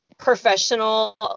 professional